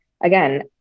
again